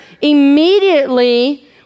immediately